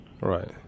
Right